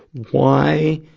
why,